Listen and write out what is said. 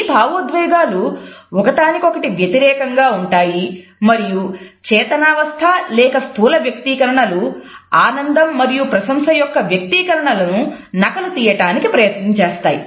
ఈ భావోద్వేగాలు ఒకదానికొకటి వ్యతిరేకంగా ఉంటాయి మరియు చేతనావస్థ లేక స్థూలవ్యక్తీకరణలు ఆనందం మరియు ప్రశంస యొక్క వ్యక్తీకరణలను నకలు తీయటానికి ప్రయత్నం చేస్తాయి